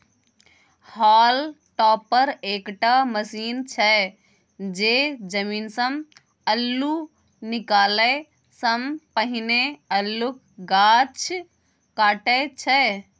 hall topper एकटा machine छै जे जमीनसँ अल्लु निकालै सँ पहिने अल्लुक गाछ काटय छै